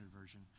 Version